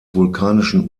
vulkanischen